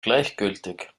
gleichgültig